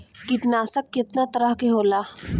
कीटनाशक केतना तरह के होला?